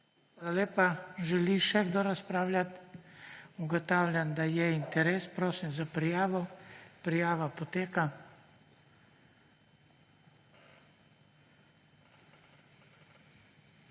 Levica. Želi kdo razpravljati? Ugotavljam, da je interes. Prosim za prijavo. Prijava poteka.